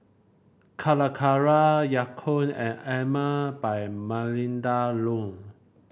Calacara Ya Kun and Emel by Melinda Looi